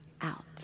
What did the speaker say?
out